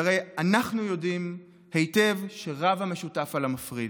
שהרי אנחנו יודעים היטב שרב המשותף על המפריד.